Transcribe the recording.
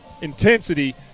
intensity